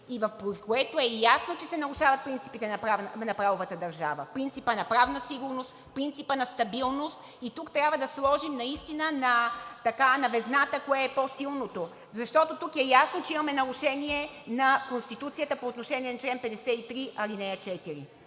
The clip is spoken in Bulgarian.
при което е ясно, че се нарушават принципите на правовата държава – принципът на правна сигурност, принципът на стабилност. И тук наистина трябва да сложим на везната кое е по-силното, защото тук е ясно, че имаме нарушение на Конституцията по отношение на чл. 53, ал. 4.